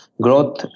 growth